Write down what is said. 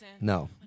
No